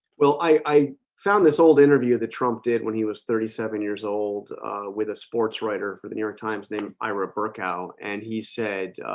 well, i i found this old interview that trump did when he was thirty seven years old with a sports writer for the new york times named ira bercow and he said